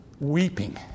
weeping